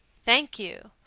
thank you.